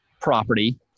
property